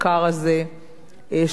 שהוא חשוב ביותר,